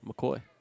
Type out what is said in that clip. McCoy